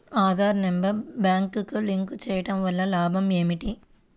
Aadhaar number బ్యాంక్నకు link చేయుటవల్ల లాభం ఏమిటి?